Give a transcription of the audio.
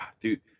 dude